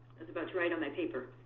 was about to write on my paper.